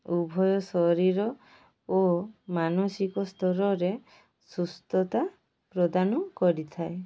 ଉଭୟ ଶରୀର ଓ ମାନସିକ ସ୍ତରରେ ସୁସ୍ଥତା ପ୍ରଦାନ କରିଥାଏ